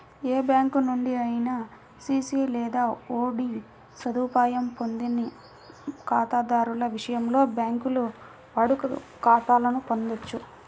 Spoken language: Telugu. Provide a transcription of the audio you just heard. ఏ బ్యాంకు నుండి అయినా సిసి లేదా ఓడి సదుపాయం పొందని ఖాతాదారుల విషయంలో, బ్యాంకులు వాడుక ఖాతాలను పొందొచ్చు